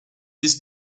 this